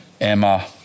emma